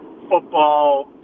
football